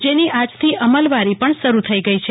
જેની આજથી અમલવારી પણ શરૂ થઈ ગઈ છે